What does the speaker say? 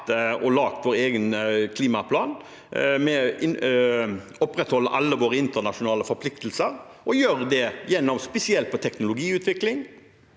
har laget vår egen klimaplan. Vi opprettholder alle våre internasjonale forpliktelser. Vi ser spesielt på teknologiutvikling,